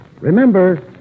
Remember